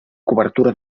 cobertura